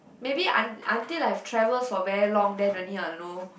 maybe un~ until I've travel for a very long then only I'll know